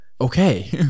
Okay